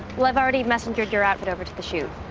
well, i've already messengered your outfit over to the shoot.